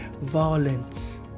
violence